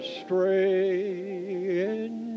straying